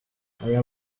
aya